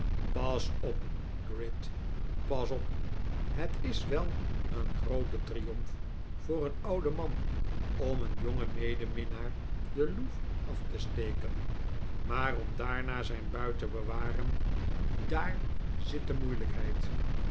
pas op gride pas op het is wel een groote triomf voor een ouden man om een jongen medeminnaar de loef af te steken maar om daarna zijn buit te bewaren daar zit de moeilijkheid